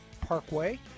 Parkway